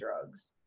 drugs